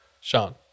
Sean